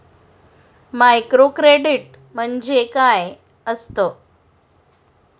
Microcredit म्हणजे काय असतं?